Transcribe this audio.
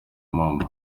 mama